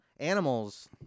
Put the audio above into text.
Animals